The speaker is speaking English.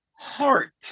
heart